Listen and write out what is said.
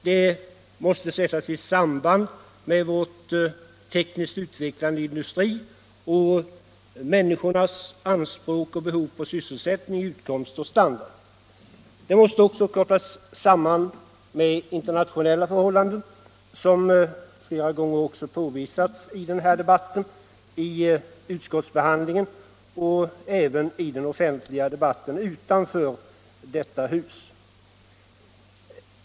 Det måste sättas i samband med vår tekniskt utvecklade industri och människornas behov av och anspråk på sysselsättning, utkomst och standard. Det måste också kopplas samman med internationella förhållanden, som flera gånger påvisats i denna debatt, i utskottsbehandlingen och i den offentliga debatten utanför detta hus.